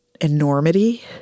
enormity